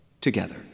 together